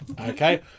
Okay